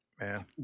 Man